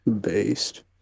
Based